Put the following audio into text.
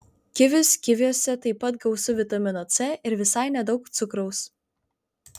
kivius kiviuose taip pat gausu vitamino c ir visai nedaug cukraus